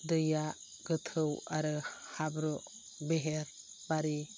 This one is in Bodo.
दैया गोथौ आरो हाब्रु बेहेर बारि